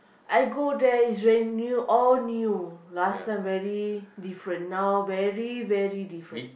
I go there is very new all new last time very different now very very different